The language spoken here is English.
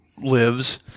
lives